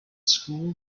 school